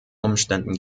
umständen